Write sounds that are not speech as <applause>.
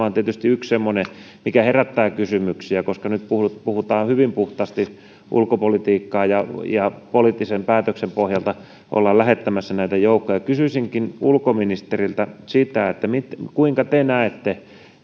<unintelligible> on tietysti yksi semmoinen mikä herättää kysymyksiä koska nyt puhutaan hyvin puhtaasti ulkopolitiikkaa ja ja poliittisen päätöksen pohjalta ollaan lähettämässä näitä joukkoja kysyisinkin ulkoministeriltä sitä kuinka te näette